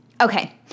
Okay